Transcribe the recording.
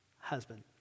Husband